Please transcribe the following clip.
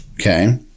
Okay